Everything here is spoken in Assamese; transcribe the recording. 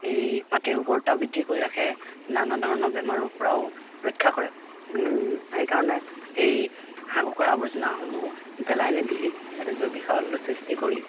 এই মাটিৰ উৰ্বৰতা বৃদ্ধি কৰি ৰাখে নানা ধৰণৰ বেমাৰৰপৰাও ৰক্ষা কৰে সেইকাৰণে এই হাঁহ কুকুৰাৰ আৱৰ্জনাসমূহ পেলাই নিদি এটি জৈৱিক সাৰলৈ সৃষ্টি কৰি